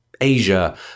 Asia